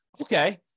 Okay